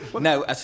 No